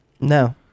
No